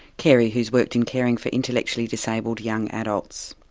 keri, who's worked in caring for intellectually disabled young adults.